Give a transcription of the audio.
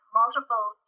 multiple